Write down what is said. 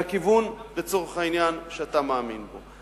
מהכיוון, לצורך העניין, שאתה מאמין בו.